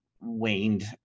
waned